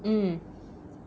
mm